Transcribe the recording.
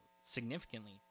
significantly